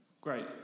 Great